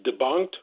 debunked